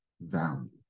value